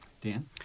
Dan